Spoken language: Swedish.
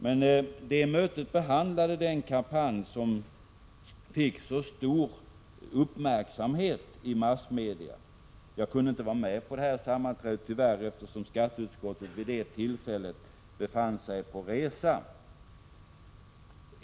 Men mötet behandlade den kampanj som fick så stor uppmärksamhet i massmedia. Tyvärr kunde jag inte vara med på detta sammanträde, eftersom skatteutskottet vid det tillfället befann sig på resa.